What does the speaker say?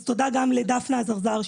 תודה גם לדפנה אזרזר מעמותת אהב"ה,